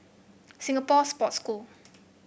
Singapore Sports School